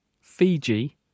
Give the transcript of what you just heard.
Fiji